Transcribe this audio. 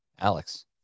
Alex